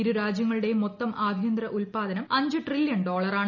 ഇരുരാജൃങ്ങളുടെയും മൊത്തം ആഭൃന്തര ഉൽപാദനം അഞ്ച് ട്രില്യൺ ഡോളറാണ്